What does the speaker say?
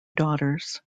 daughters